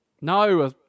No